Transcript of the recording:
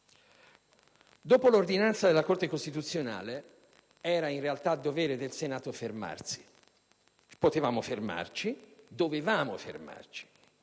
Dopo l'ordinanza della Corte costituzionale era in realtà dovere del Senato fermarsi. Potevamo e dovevamo fermarci